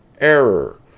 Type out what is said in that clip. error